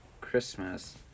Christmas